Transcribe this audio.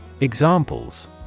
Examples